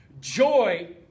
Joy